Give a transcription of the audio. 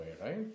right